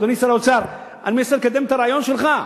אדוני שר האוצר, אני מנסה לקדם את הרעיון שלך.